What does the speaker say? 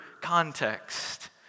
context